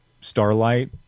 Starlight